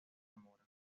zamora